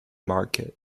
market